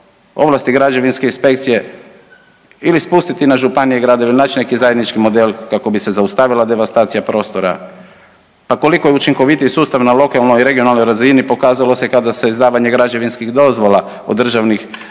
ovlasti građevinske inspekcije ili spustiti na županije, gradove ili naći neki zajednički model kako bi se zaustavila devastacija prostora. Pa koliko je učinkovitiji sustav na lokalnoj i regionalnoj razini, pokazalo se kada se izdavanje građevinskih dozvola od državnih